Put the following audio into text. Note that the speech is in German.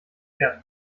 wert